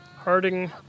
Harding